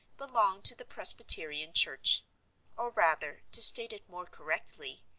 belonged to the presbyterian church or rather, to state it more correctly,